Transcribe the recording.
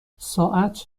ساعت